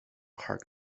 hard